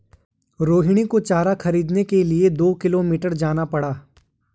रोहिणी को चारा खरीदने के लिए दो किलोमीटर जाना पड़ा